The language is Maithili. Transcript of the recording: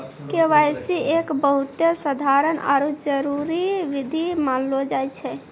के.वाई.सी एक बहुते साधारण आरु जरूरी विधि मानलो जाय छै